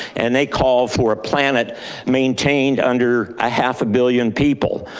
and they call for a planet maintained under a half a billion people.